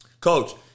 Coach